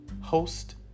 host